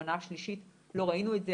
במנה השלישית לא ראינו את זה,